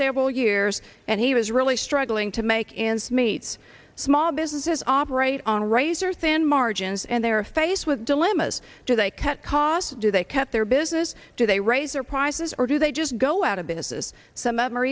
several years and he was really struggling to make ends meet small businesses operate on razor thin margins and they are faced with dilemma is do they cut costs do they cut their business do they raise their prices or do they just go out of business some